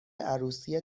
عروسی